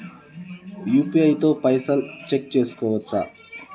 UPI తో పైసల్ check చేసుకోవచ్చా?